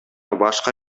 башка